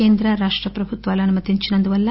కేంద్ర రాష్ట ప్రభుత్వాలు అనుమతించినందున